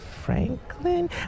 Franklin